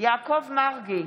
יעקב מרגי,